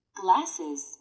glasses